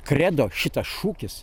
kredo šitas šūkis